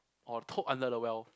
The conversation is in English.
or toad under the well